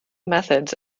methods